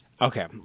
Okay